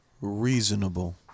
Reasonable